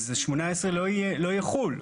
אז 18 לא יחול.